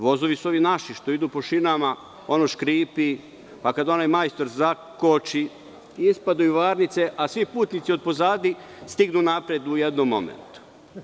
Vozovi su ovi naši što idu po šinama, škripi, pa kad onaj majstor zakoči, ispadaju varnice a svi putnici otpozadi stignu napred u jednom momentu.